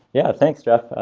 yeah, thanks jeff.